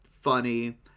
funny